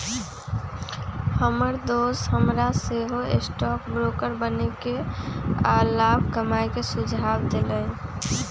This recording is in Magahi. हमर दोस हमरा सेहो स्टॉक ब्रोकर बनेके आऽ लाभ कमाय के सुझाव देलइ